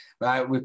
Right